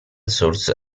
source